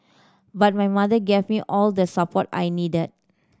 but my mother gave me all the support I needed